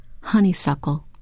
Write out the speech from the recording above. honeysuckle